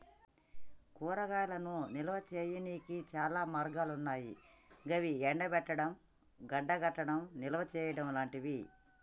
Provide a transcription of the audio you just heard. కూరగాయలను నిల్వ చేయనీకి చాలా మార్గాలన్నాయి గవి ఎండబెట్టడం, గడ్డకట్టడం, నిల్వచేయడం లాంటియి